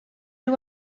nhw